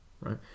right